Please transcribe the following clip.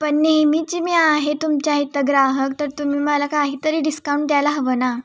पण नेहमीची मी आहे तुमच्या इथं ग्राहक तर तुम्ही मला काहीतरी डिस्काउंट द्यायला हवं ना